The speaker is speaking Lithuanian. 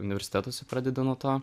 universitetuose pradeda nuo to